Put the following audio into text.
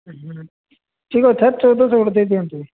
ହୁଁ ହୁଁ ଠିକ୍ ଅଛି ସାର୍ ଚଉଦଶହ ଗୋଟେ ଦେଇ ଦିଅନ୍ତୁ